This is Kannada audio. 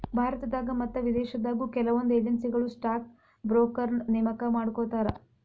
ಭಾರತದಾಗ ಮತ್ತ ವಿದೇಶದಾಗು ಕೆಲವೊಂದ್ ಏಜೆನ್ಸಿಗಳು ಸ್ಟಾಕ್ ಬ್ರೋಕರ್ನ ನೇಮಕಾ ಮಾಡ್ಕೋತಾರ